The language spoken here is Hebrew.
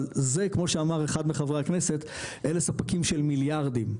אבל זה כמו שאמר אחד מחברי הכנסת אלה ספקים של מיליארדים,